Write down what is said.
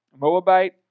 Moabite